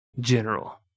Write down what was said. general